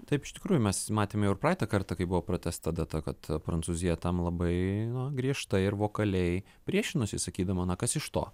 taip iš tikrųjų mes matėm jau ir praeitą kartą kai buvo pratęsta data kad prancūzija tam labai griežtai ir vokaliai priešinosi sakydama na kas iš to